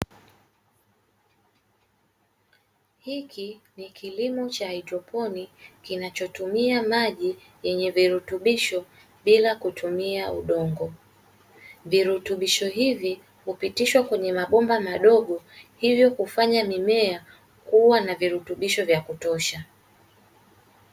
Hiki ndio kilimo cha haidroponiki kinachotumia maji yenye virutubisho bila kutumia udongo. Virutubisho hivi hupitishwa kwenye mabomba madogo, hivyo kufanya mimea kuwa na virutubisho vya kutosha.